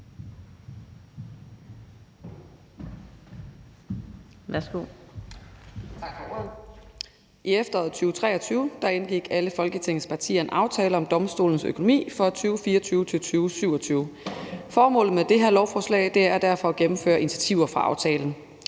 I efteråret 2023 indgik alle Folketingets partier en aftale om domstolenes økonomi for 2024-2027. Formålet med det her lovforslag er derfor at gennemføre initiativer fra aftalen.